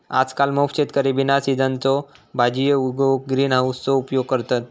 आजकल मोप शेतकरी बिना सिझनच्यो भाजीयो उगवूक ग्रीन हाउसचो उपयोग करतत